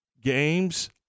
games